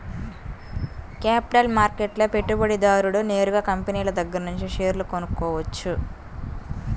capital మార్కెట్లో పెట్టుబడిదారుడు నేరుగా కంపినీల దగ్గరనుంచే షేర్లు కొనుక్కోవచ్చు